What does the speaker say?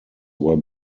were